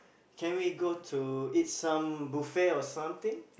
can we go to eat some buffet or something